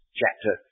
chapter